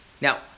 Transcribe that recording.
Now